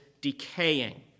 decaying